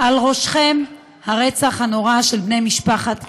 על ראשכם הרצח הנורא של בני משפחת סלומון,